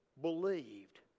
believed